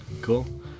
Cool